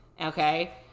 Okay